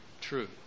True